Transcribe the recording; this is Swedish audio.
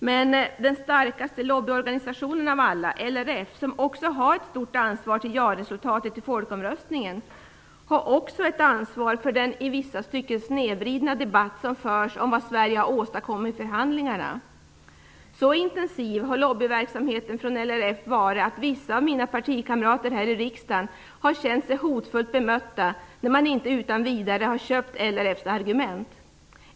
Men den starkaste lobbyorganisationen av alla, LRF, som har ett stort ansvar för ja-resultatet i folkomröstningen, har också ett stort ansvar för den i vissa stycken snedvridna debatt som förs om vad Sverige har åstadkommit i förhandlingarna. Så intensiv har lobbyverksamheten från LRF varit att vissa av mina partikamrater här i riksdagen har känt sig hotfullt bemötta när de inte utan vidare godtagit LRF:s argument.